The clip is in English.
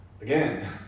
again